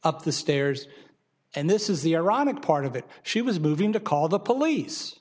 up the stairs and this is the ironic part of it she was moving to call the police